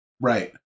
Right